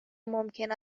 ممکن